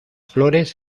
flores